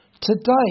today